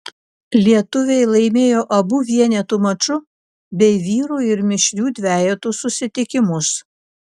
lietuviai laimėjo abu vienetų maču bei vyrų ir mišrių dvejetų susitikimus